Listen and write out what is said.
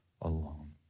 alone